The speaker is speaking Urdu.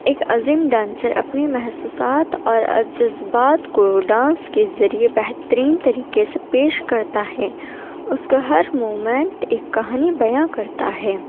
ایک عظیم ڈانسر اپنے محسوسات اور جذبات کو ڈانس کے ذریعے بہترین طریقے سے پیش کرتا ہے اس کا ہر موومنٹ ایک کہانی بیاٍں کرتا ہے